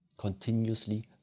Continuously